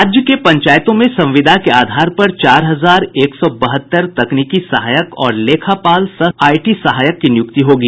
राज्य के पंचायतों में संविदा के आधार पर चार हजार एक सौ बहत्तर तकनीकी सहायक और लेखापाल सह आईटी सहायक की नियुक्ति होगी